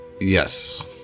Yes